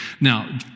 Now